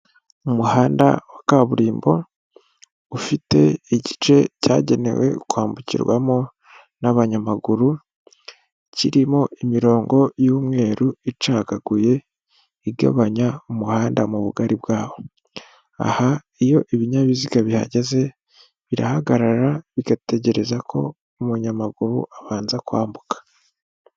Umuhanda wa kaburimbo ufite igice cyagenewe kwambukirwamo n'abanyamaguru, kirimo imirongo y'umweru icagaguye igabanya umuhanda mu bugari bwaho. Aha iyo ibinyabiziga bihagaze birahagarara bigategereza ko umunyamaguru abanza kwambuka.